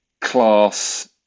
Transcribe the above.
class